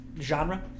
genre